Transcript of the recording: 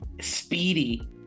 speedy